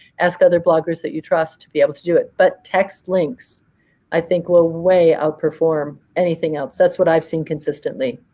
ask other bloggers that you trust to be able to do it. but text links i think will way outperform anything else. that's what i've seen consistently.